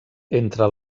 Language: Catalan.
entre